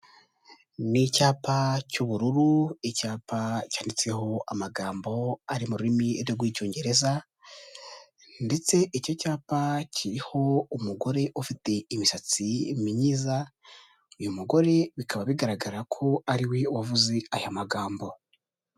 Ni icyapa cy'ubururu, icyapa cyanditseho amagambo ari mu rurimi rw'icyongereza ndetse icyo cyapa kiriho umugore ufite imisatsi myiza, uyu mugore bikaba bigaragara ko ari we wavuze aya magambo.